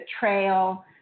betrayal